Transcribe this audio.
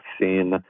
seen